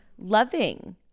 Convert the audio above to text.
loving